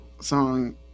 song